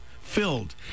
filled